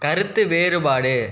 கருத்து வேறுபாடு